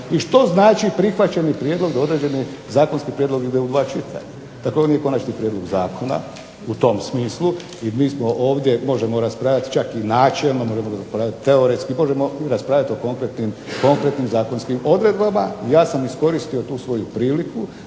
i što znači prihvaćanje prijedloga da određeni zakonski prijedlog ide u dva čitanja. Dakle, ovo nije konačni prijedlog zakona u tom smislu i mi ovdje možemo raspravljati čak načelno, teoretski, možemo raspravljati o konkretnim zakonskim odredbama. Ja sam iskoristio tu svoju priliku